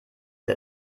der